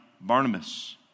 Barnabas